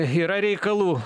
yra reikalų